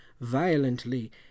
violently